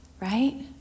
right